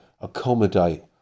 accommodate